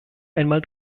einmal